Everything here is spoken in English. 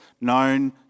known